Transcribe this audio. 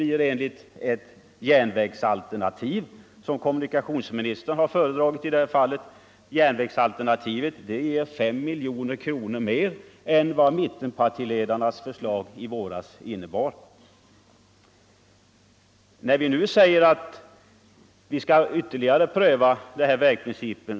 I propositionen har kommunikationsministern föredragit ett ”järnvägsalternativ”, som ger 5 miljoner kronor mer än vad mittenpartiledarnas förslag i våras innebar. Utskottet säger nu — återigen på basis av borgerliga motioner — att vi skall ytterligare pröva vägprincipen.